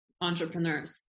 entrepreneurs